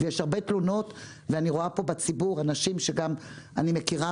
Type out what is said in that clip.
יש הרבה תאונות ואני רואה כאן בציבור אנשים ואני גם מכירה